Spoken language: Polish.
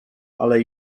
ale